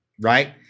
right